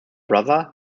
brother